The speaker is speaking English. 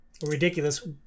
Ridiculous